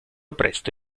presto